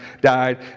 died